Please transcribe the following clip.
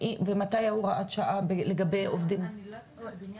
ומתי ההוראת שעה לגבי עובדים --- אני לא יודעת אם זה בבניין,